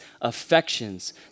affections